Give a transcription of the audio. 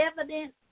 evidence